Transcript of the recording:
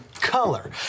color